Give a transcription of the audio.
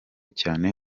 cyane